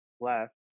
left